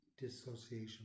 dissociation